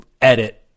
edit